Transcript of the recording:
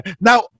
Now